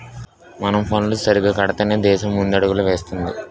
మనం పన్నులు సరిగ్గా కడితేనే దేశం ముందడుగులు వేస్తుంది